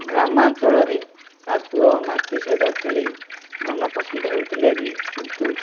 ଗ୍ରାମାଞ୍ଚଳରେ କାଦୁଅ ମାଟି ସହିତ ଖେଳି ମନ ପସନ୍ଦ ହେଉଥିଲେ ବି କିନ୍ତୁ